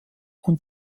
und